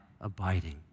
abiding